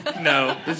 No